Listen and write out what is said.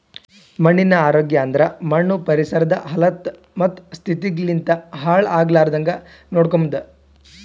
ಮಣ್ಣಿನ ಆರೋಗ್ಯ ಅಂದುರ್ ಮಣ್ಣು ಪರಿಸರದ್ ಹಲತ್ತ ಮತ್ತ ಸ್ಥಿತಿಗ್ ಲಿಂತ್ ಹಾಳ್ ಆಗ್ಲಾರ್ದಾಂಗ್ ನೋಡ್ಕೊಮದ್